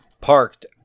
parked